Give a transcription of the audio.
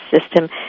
system